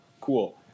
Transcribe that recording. cool